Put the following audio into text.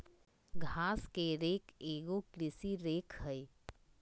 घास के रेक एगो कृषि रेक हइ